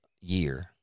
year